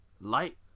light